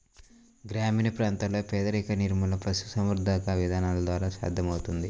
గ్రామీణ ప్రాంతాలలో పేదరిక నిర్మూలన పశుసంవర్ధక విధానాల ద్వారా సాధ్యమవుతుంది